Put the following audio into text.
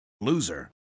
Loser